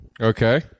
okay